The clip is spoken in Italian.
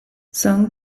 song